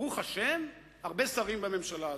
ברוך השם, הרבה שרים בממשלה הזאת.